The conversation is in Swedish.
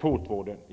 fotvården?